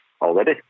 already